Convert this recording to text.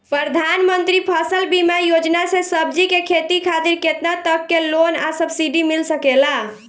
प्रधानमंत्री फसल बीमा योजना से सब्जी के खेती खातिर केतना तक के लोन आ सब्सिडी मिल सकेला?